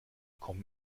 kommen